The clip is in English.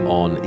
on